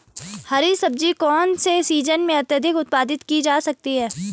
हरी सब्जी कौन से सीजन में अत्यधिक उत्पादित की जा सकती है?